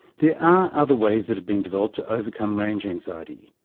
there are other ways that have been developed to overcome range anxiety,